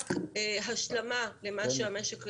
אין להם טונות של כסף,